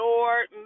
Lord